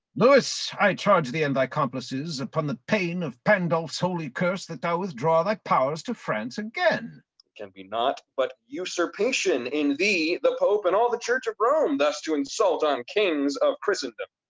lewis, i charge thee and thy complices, upon the pain of pandulph's holy curse, that thou withdraw thy powers to france again. it can be nought but usurpation in thee, the pope, and all the church of rome, thus to insult on kings of christendom.